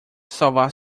salvar